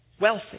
wealthy